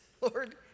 Lord